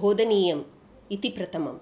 बोधनीयम् इति प्रथमम्